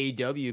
AW